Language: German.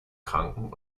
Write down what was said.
kranken